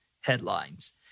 headlines